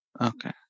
Okay